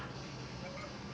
ya that's why